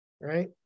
right